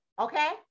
Okay